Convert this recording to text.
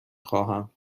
خواهم